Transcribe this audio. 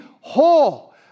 whole